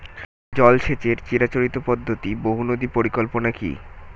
জল সেচের চিরাচরিত পদ্ধতি বহু নদী পরিকল্পনা কি?